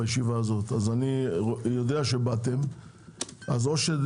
לישיבה הזאת, זהו.